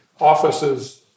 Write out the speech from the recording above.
offices